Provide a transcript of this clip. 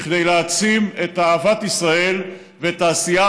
כדי להעצים את אהבת ישראל ואת העשייה